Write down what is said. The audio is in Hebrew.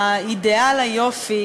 אידיאל היופי,